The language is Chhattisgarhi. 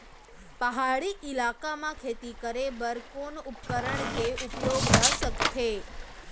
पहाड़ी इलाका म खेती करें बर कोन उपकरण के उपयोग ल सकथे?